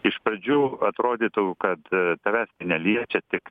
iš pradžių atrodydavo kad tavęs neliečia tik